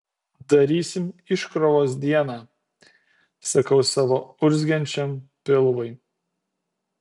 darysim iškrovos dieną sakau savo urzgiančiam pilvui